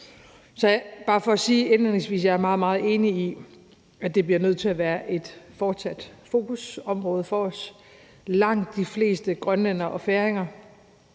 at jeg er meget enig i, at det bliver nødt til at være et fortsat fokusområde for os. Langt de fleste grønlændere og færinger,